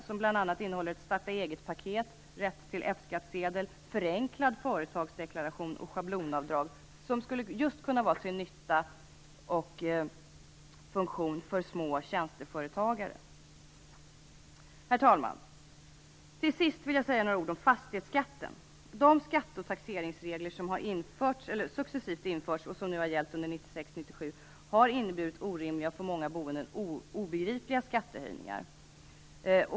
Det innehåller bl.a. starta-eget-paket, rätt till F-skattsedel, förenklad företagsdeklaration och schablonavdrag, som just skulle vara till nytta och ha en funktion för små tjänsteföretagare. Herr talman! Till sist vill jag säga några ord om fastighetsskatten. De skatte och taxeringsregler som successivt har införts och som har gällt under 1996 och 1997 har för många boende inneburit orimliga och obegripliga skattehöjningar.